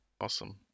Awesome